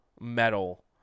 metal